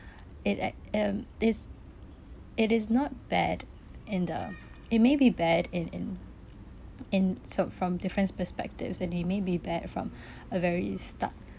it ac~ um it's it is not bad and uh it may be bad in in in so from different perspectives and it may be bad from a very stark